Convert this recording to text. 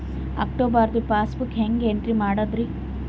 ಅಕ್ಟೋಬರ್ದು passbook entry ಹೆಂಗ್ ಮಾಡದ್ರಿ?